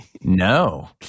No